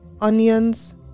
onions